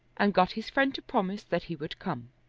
and got his friend to promise that he would come.